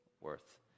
worth